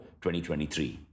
2023